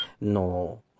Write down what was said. no